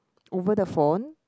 over the phone